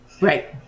right